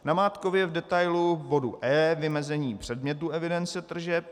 Namátkově v detailu k bodu E Vymezení předmětu evidence tržeb.